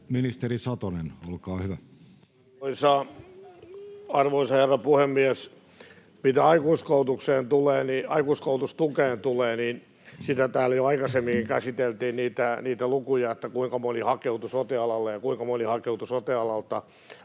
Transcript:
Ministeri Satonen, olkaa hyvä. Arvoisa herra puhemies! Mitä aikuiskoulutustukeen tulee, niin täällä jo aikaisemminkin käsiteltiin niitä lukuja, kuinka moni hakeutui sote-alalle ja kuinka moni hakeutui sote-alalta